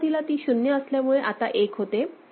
सुरुवातीला ती 0 असल्यामुळे आता एक होते